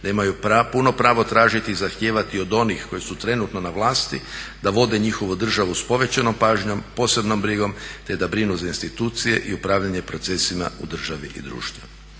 da imaju puno pravo tražiti i zahtijevati od onih koji su trenutno na vlasti da vode njihovu državu sa povećanom pažnjom, posebnom brigom te da brinu za institucije i upravljanje procesima u državi i društvu.